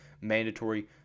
mandatory